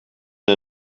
der